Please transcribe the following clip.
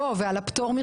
ועל הפטור מחובת הנחה.